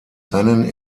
rennen